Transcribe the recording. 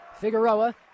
Figueroa